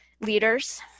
leaders